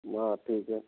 हाँ ठीक है